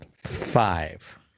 five